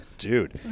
Dude